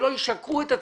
שלא ישקרו את הציבור.